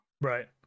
Right